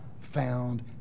found